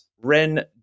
Ren